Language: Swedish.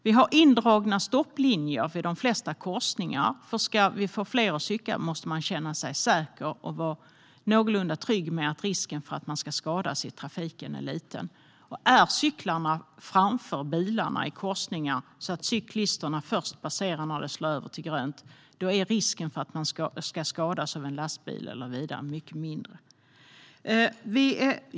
Det finns indragna stopplinjer vid de flesta korsningar. Om fler ska cykla måste de känna sig säkra och vara någorlunda trygga med att risken för att skadas i trafiken är liten. Om cyklarna står framför bilarna i korsningarna, så att cyklisterna passerar först när det slår över till grönt, är risken för att de ska skadas av en lastbil eller bil mycket mindre.